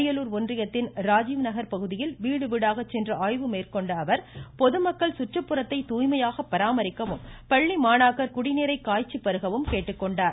அரியலூர் ஒன்றியத்தின் ராஜீவ் நகர் பகுதியில் வீடுவீடாக சென்று ஆய்வு மேற்கொண்ட அவர் பொதுமக்கள் சுற்றுப்புறத்தை தூய்மையாக பராமரிக்கவும் பள்ளி மாணாக்கர் குடிநீரை காய்ச்சி பருகவும் கேட்டுக்கொண்டார்